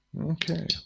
Okay